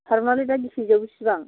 थारमाने दा केजिआव बेसेबां